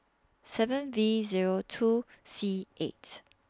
seven V Zero two C eight